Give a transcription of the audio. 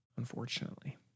unfortunately